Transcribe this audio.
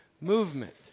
movement